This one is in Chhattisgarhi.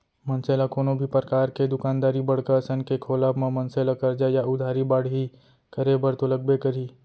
मनसे ल कोनो भी परकार के दुकानदारी बड़का असन के खोलब म मनसे ला करजा या उधारी बाड़ही करे बर तो लगबे करही